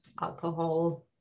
alcohol